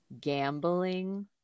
Gambling